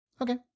Okay